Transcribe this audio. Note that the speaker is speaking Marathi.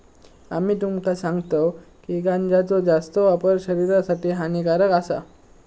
आम्ही तुमका सांगतव की गांजाचो जास्त वापर शरीरासाठी हानिकारक आसा